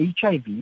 HIV